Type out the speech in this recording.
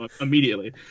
immediately